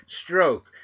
stroke